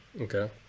okay